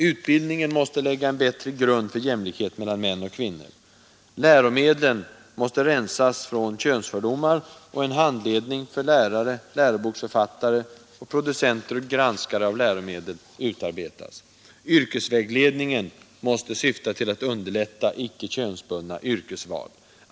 Utbildningen måste lägga en bättre grund för jämlikhet mellan män och kvinnor, läromedlen måste rensas från könsfördomar och en handledning för lärare, läroboksförfattare, producenter och granskare av läromedel utarbetas. Yrkesvägledningen måste syfta till att underlätta icke könsbundna yrkesval.